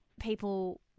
people